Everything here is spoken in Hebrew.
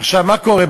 עכשיו, מה קורה?